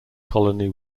colony